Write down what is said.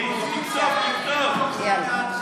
כתוב לפוטין איזה ספר.